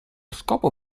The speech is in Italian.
scopo